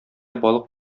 балык